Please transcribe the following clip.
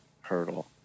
hurdle